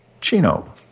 Chino